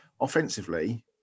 Offensively